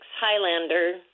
Highlander